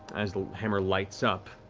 as the hammer lights up,